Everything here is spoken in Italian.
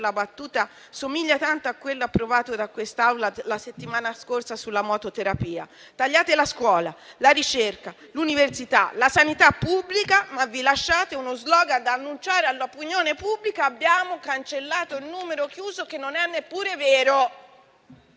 la battuta, somiglia tanto a quello approvato dall'Assemblea la settimana scorsa sulla mototerapia. Tagliate la scuola, la ricerca, l'università, la sanità pubblica, ma vi lasciate uno *slogan* da annunciare all'opinione pubblica, affermando di aver cancellato il numero chiuso, che non è neppure vero.